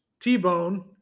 t-bone